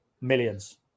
millions